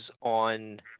on